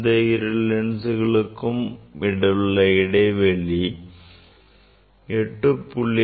இந்த இரு லென்ஸ்களுக்கும் இடையே உள்ள இடைவெளி 8